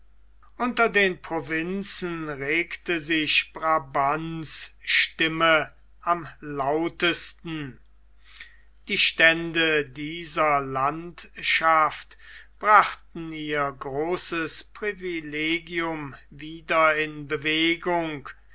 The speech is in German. unter den provinzen regte sich brabants stimme am lautesten die stände dieser landschaft brachten ihr großes privilegium wieder in bewegung